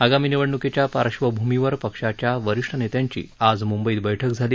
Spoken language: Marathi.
आगामी निवडणुकीच्या पार्श्वभूमीवर पक्षाच्या वरीष्ठ नेत्यांची आज मुंबईत बैठक झाली